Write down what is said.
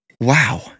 Wow